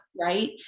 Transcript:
right